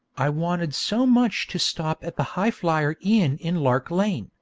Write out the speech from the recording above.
i wanted so much to stop at the highflyer inn in lark lane,